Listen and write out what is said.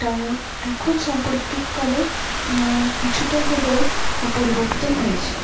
তাই এখন সাম্প্রতিককালে কিছুটা হলেও পরিবর্তন হয়েছে